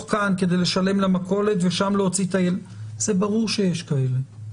כאן כדי לשלם למכולת ושם להוציא את ה זה ברור שיש כאלה,